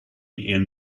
and